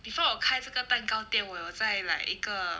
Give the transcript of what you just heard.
before 我开这个蛋糕店我有在 like 一个